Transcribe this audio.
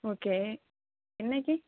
okay என்றைக்கி